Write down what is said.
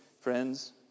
friends